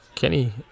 Kenny